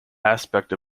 aspect